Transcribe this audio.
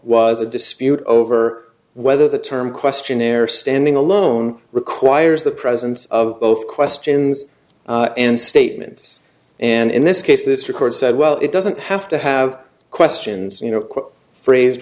was a dispute over whether the term questionnaire standing alone requires the presence of both questions and statements and in this case this record said well it doesn't have to have questions you know phrased